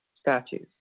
statues